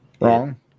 wrong